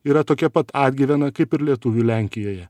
yra tokia pat atgyvena kaip ir lietuvių lenkijoje